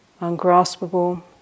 ungraspable